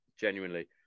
Genuinely